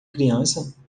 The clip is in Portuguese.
criança